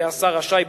יהיה השר רשאי,